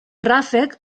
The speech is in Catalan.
ràfec